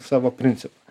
savo principą